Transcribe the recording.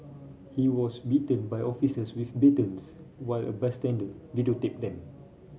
he was beaten by officers with while a bystander videotaped them